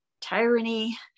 tyranny